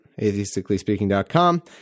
atheisticallyspeaking.com